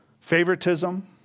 favoritism